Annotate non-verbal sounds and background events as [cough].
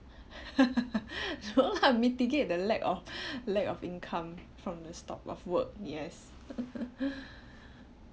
[laughs] no lah mitigate the lack of lack of income from the stop of work yes